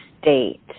state